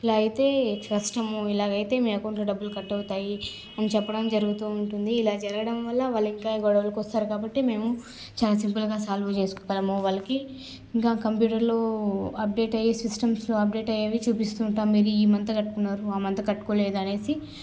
ఇలాయితే కష్టము ఇలాయితే మీ అకౌంటులో డబ్బులు కట్ అవుతాయి అని చెప్పడం జరుగుతూ ఉంటుంది ఇలా జరగడం వల్ల వాళ్లింకా గొడవలకి వస్తారు కాబట్టి మేము చాలా సింపుల్గా సాల్వ్ చేసుకుంటాము వాళ్ళకి ఇంకా కంప్యూటర్లో అప్డేట్ అయ్యి సిస్టమ్స్లో అప్డేట్ అయ్యేవి చూపిస్తూ ఉంటాము మీరు ఈ మంత్ కట్టుకున్నారు ఆ మంత్ కట్టుకోలేదు అనేసి